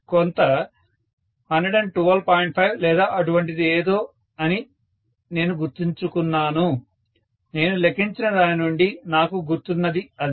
5 లేదా అటువంటిది ఏదో అని నేను గుర్తుంచుకున్నాను నేను లెక్కించిన దాని నుండి నాకు గుర్తున్నది అదే